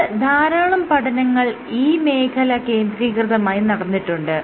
പിന്നീട് ധാരാളം പഠനങ്ങൾ ഈ മേഖല കേന്ദ്രീകൃതമായി നടന്നിട്ടുണ്ട്